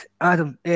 Adam